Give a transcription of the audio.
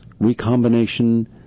recombination